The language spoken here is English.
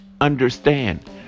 understand